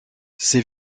ses